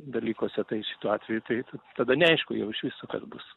dalykuose tai šitu atveju tai tada neaišku jau iš viso kas bus